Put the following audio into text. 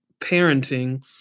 parenting